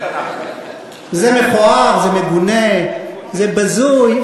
זה מכוער, זה מגונה, זה בזוי.